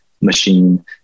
machine